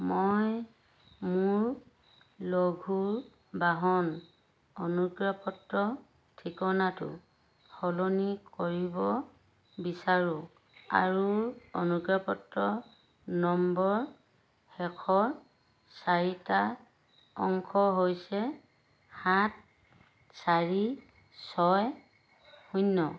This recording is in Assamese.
মই মোৰ লঘু বাহন অনুজ্ঞাপত্ৰৰ ঠিকনাটো সলনি কৰিব বিচাৰোঁঁ আৰু অনুজ্ঞাপত্ৰ নম্বৰৰ শেষৰ চাৰিটা অংক হৈছে সাত চাৰি ছয় শূন্য